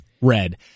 red